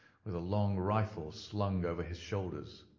with a long rifle slung over his shoulders.